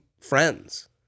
friends